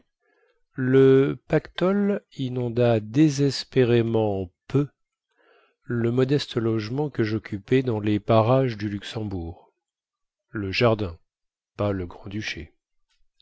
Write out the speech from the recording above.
le pactole inonda désespérément peu le modeste logement que joccupais dans les parages du luxembourg